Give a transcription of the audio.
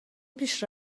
پیش